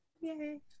yay